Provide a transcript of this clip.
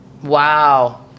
Wow